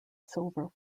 silver